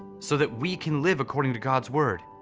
so that we can live according to god's word.